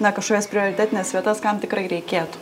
na kažkokias prioritetines vietas kam tikrai reikėtų